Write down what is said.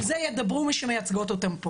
על זה ידברו מי שמייצגות אותן פה